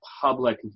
public